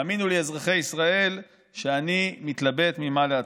האמינו לי, אזרחי ישראל, שאני מתלבט ממה להתחיל.